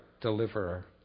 deliverer